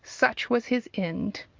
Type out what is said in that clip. such was his end.